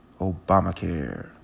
Obamacare